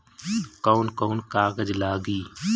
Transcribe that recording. कौन कौन कागज लागी?